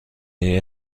این